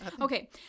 Okay